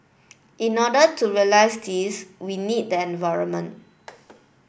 in order to realise this we need the environment